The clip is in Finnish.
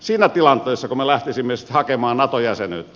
siinä tilanteessako me lähtisimme sitten hakemaan nato jäsenyyttä